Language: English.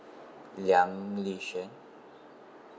liang li shien